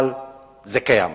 אבל זה קיים.